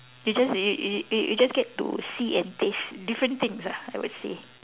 you just you you you just get to see and taste different things ah I would say